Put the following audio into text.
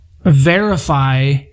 verify